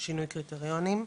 שינוי קריטריונים,